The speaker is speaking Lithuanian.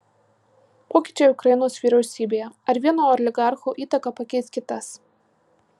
pokyčiai ukrainos vyriausybėje ar vieno oligarcho įtaką pakeis kitas